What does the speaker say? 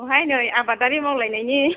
औहाय नै आबादारि मावलायनायनि